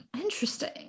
Interesting